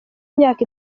imyaka